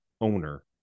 owner